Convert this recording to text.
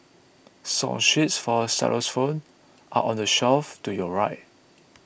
song sheets for xylophones are on the shelf to your right